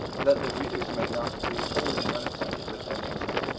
that the readers may not be wholly unacquainted with their nature.